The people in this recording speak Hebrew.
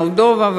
מולדובה,